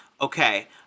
okay